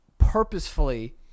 purposefully